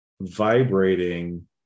vibrating